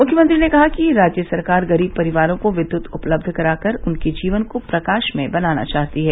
मुख्यमंत्री ने कहा कि राज्य सरकार गरीब परिवारों को विद्युत उपलब्ध करा कर उनके जीवन को प्रकाशमय बनाना चाहती है